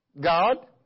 God